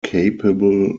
capable